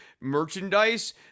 merchandise